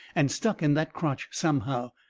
and stuck in that crotch somehow.